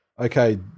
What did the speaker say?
Okay